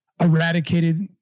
eradicated